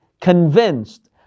convinced